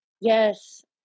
Yes